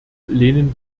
lehnen